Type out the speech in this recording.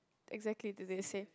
exactly did they say